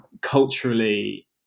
culturally